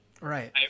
right